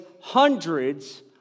hundreds